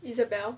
isabel